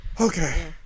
Okay